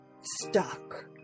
stuck